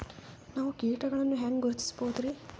ನಾವು ಕೀಟಗಳನ್ನು ಹೆಂಗ ಗುರುತಿಸಬೋದರಿ?